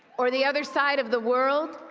or the other side of the world,